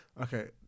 Okay